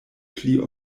pli